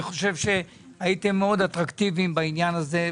ואני חושב שהייתם מאוד אטרקטיביים בעניין הזה,